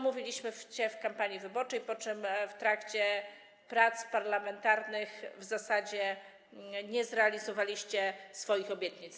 Mówiliście to w kampanii wyborczej, po czym w trakcie prac parlamentarnych w zasadzie nie zrealizowaliście swoich obietnic.